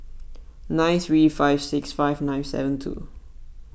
nine three five six five nine seven two